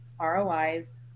ROIs